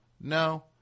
no